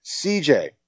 CJ